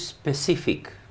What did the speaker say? specific